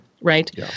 right